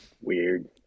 Weird